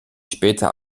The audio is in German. später